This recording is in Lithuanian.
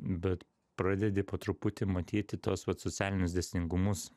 bet pradedi po truputį matyti tuos vat socialinius dėsningumus